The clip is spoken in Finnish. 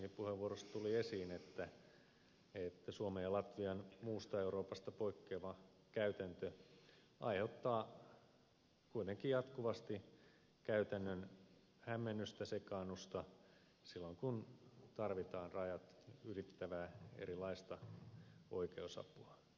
koskisenkin puheenvuorosta tuli esiin että suomen ja latvian muusta euroopasta poikkeava käytäntö aiheuttaa kuitenkin jatkuvasti käytännön hämmennystä sekaannusta silloin kun tarvitaan erilaista rajat ylittävää oikeusapua